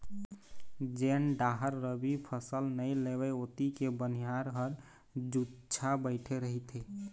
जेन डाहर रबी फसल नइ लेवय ओती के बनिहार ह जुच्छा बइठे रहिथे